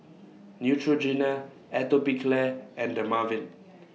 Neutrogena Atopiclair and Dermaveen